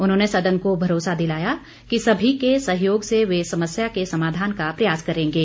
उन्होंने सदन को भरोसा दिलाया कि सभी के सहयोग से वे समस्या के समाधान का प्रयास करेंगे